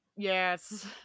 Yes